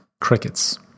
crickets